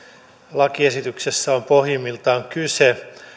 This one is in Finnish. lakiesityksessä on pohjimmiltaan kyse on oikein ja kannatettavaa